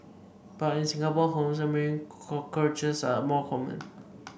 but in Singapore homes American cockroaches are more common